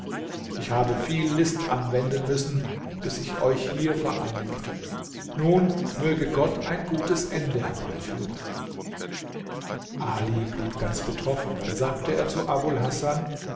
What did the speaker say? ich habe viel list anwenden müssen bis ich euch hier vereinigte nun möge gott ein gutes ende herbeiführen ali blieb ganz betroffen dann sagte er zu abul hasan